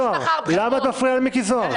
למה את מפריעה למיקי זוהר?